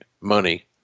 money